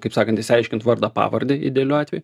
kaip sakant išsiaiškint vardą pavardę idealiu atveju